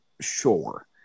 Sure